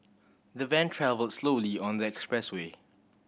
the van travelled slowly on the expressway